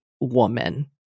woman